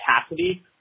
capacity